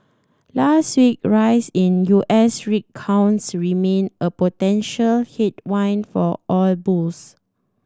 last week rise in U S rig counts remain a potential headwind for oil bulls